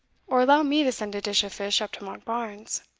or allow me to send a dish of fish up to monkbarns.